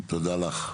כן, תודה לך.